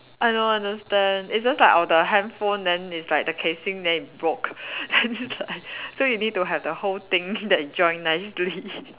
I don't understand it's just like our the handphone then it's like the casing then it broke then it's like so you need to have the whole thing that join nicely